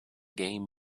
game